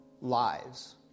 lives